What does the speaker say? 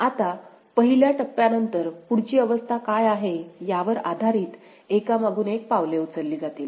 आता पहिल्या टप्प्यानंतर पुढची अवस्था काय आहे यावर आधारित एकामागून एक पावले उचलली जातात